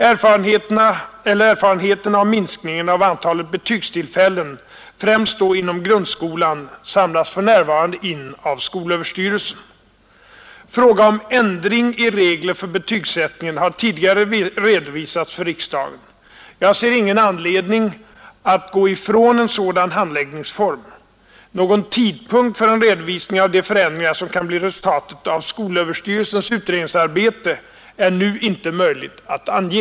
Erfarenheten av minskningen av antalet betygstillfällen, främst då inom grundskolan, samlas för närvarande in av skolöverstyrelsen. Fråga om ändring i regler för betygsättningen har tidigare redovisats för riksdagen. Jag ser ingen anledning att gå ifran en sådan handläggningsform. Någon tidpunkt för en redovisning av de förändringar, som kan bli resultatet av skolöverstyrelsens utredningsarbete, är det nu inte möjligt att ange.